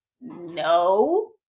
No